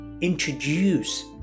introduce